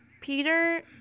Peter